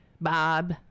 Bob